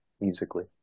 musically